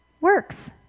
works